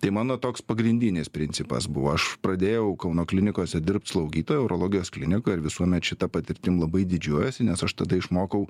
tai mano toks pagrindinis principas buvo aš pradėjau kauno klinikose dirbt slaugytoju urologijos klinikoj ir visuomet šita patirtim labai didžiuojuosi nes aš tada išmokau